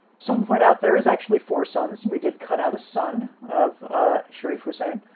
someone point out. there is actually four sons we did cut out a son of ah sharif hussein.